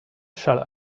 shall